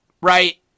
right